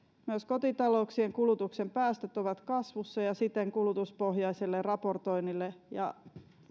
myös kotitalouksien kulutuksen päästöt ovat kasvussa ja siten kulutuspohjaiselle raportoinnille ja